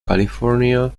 california